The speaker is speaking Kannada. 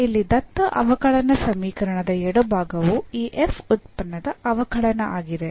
ಇಲ್ಲಿ ದತ್ತ ಅವಕಲನ ಸಮೀಕರಣದ ಎಡಭಾಗವು ಈ ಉತ್ಪನ್ನದ ಅವಕಲನ ಆಗಿದೆ